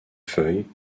feuilles